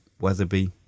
Weatherby